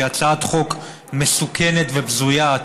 היא הצעת חוק מסוכנת ובזויה,